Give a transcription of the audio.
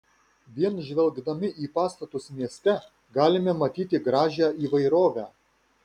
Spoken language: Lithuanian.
vien žvelgdami į pastatus mieste galime matyti gražią įvairovę